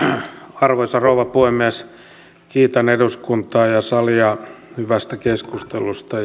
arvoisa rouva puhemies kiitän eduskuntaa ja salia hyvästä keskustelusta